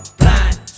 blind